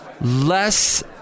less